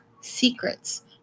secrets